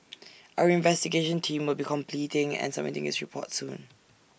our investigation team will be completing and submitting its report soon